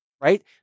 right